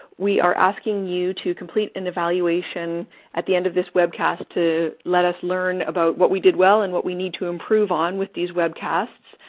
we are asking you to complete an evaluation at the end of this webcast to let us learn about what we did well and what we need to improve on with these webcasts.